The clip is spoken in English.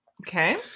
Okay